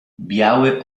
biały